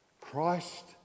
Christ